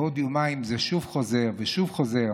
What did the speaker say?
בעוד יומיים זה שוב חוזר ושוב חוזר,